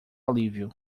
alívio